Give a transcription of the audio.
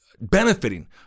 benefiting